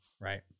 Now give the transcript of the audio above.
right